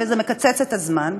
וזה מקצץ את הזמן.